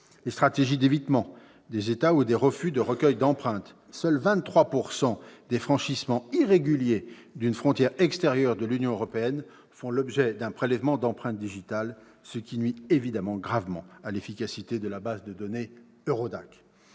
les stratégies d'évitement des États et aux refus de recueil d'empreintes : seuls 23 % des franchissements irréguliers d'une frontière extérieure de l'Union européenne font l'objet d'un prélèvement d'empreintes digitales, ce qui, bien sûr, nuit gravement à l'efficacité de la base de données EURODAC.